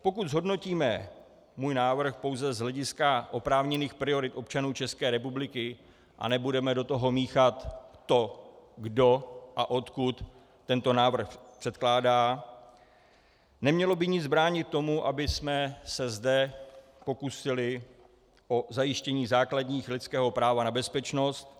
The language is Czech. Pokud zhodnotíme můj návrh pouze z hlediska oprávněných priorit občanů České republiky a nebudeme do toho míchat to, kdo a odkud tento návrh předkládá, nemělo by nic bránit tomu, abychom se zde pokusili o zajištění základního lidského práva na bezpečnost.